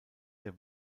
der